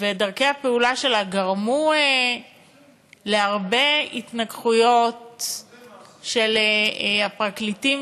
דרכי הפעולה שלה גרמו להרבה התנגחויות של הפרקליטים,